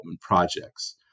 projects